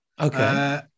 Okay